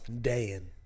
Dan